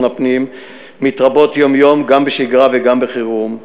הפנים מתרבות יום-יום גם בשגרה וגם בחירום.